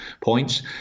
points